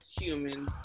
human